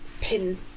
pin